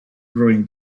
growing